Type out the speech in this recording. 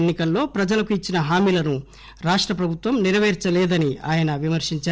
ఎన్ని కల్లో ప్రజలకు ఇచ్చిన హామీలను రాష్ట ప్రభుత్వం నెరపేర్సలేదని ఆయన విమర్పించారు